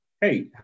Hey